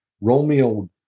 Romeo